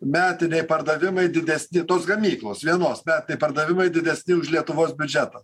metiniai pardavimai didesni tos gamyklos vienos metiniai pardavimai didesni už lietuvos biudžetą